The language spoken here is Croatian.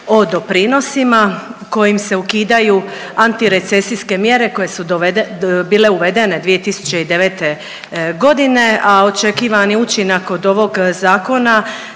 o doprinosima kojim se ukidaju antirecesijske mjere koje su dovedene, bile uvedene 2009. godine, a očekivani učinak od ovog zakona